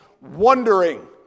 wondering